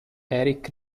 eric